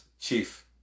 Chief